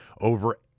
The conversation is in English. over